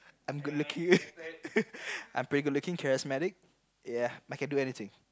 I'm good looking I'm pretty good looking charismatic ya I can do anything